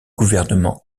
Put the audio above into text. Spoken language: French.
gouvernement